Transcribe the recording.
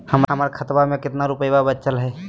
हमर खतवा मे कितना रूपयवा बचल हई?